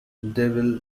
devil